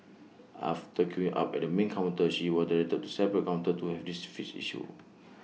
after queuing up at the main counter she was directed to separate counter to have the fixed issue